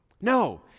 No